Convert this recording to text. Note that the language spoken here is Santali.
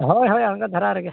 ᱦᱳᱭ ᱦᱳᱭ ᱟᱬᱜᱟ ᱫᱷᱟᱨᱟ ᱨᱮᱜᱮ